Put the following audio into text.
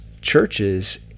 churches